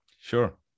sure